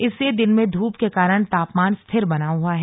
इससे दिन में धूप के कारण तापमान स्थिर बना हुआ है